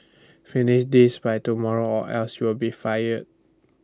finish this by tomorrow or else you'll be fire